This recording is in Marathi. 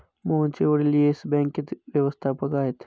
मोहनचे वडील येस बँकेत व्यवस्थापक आहेत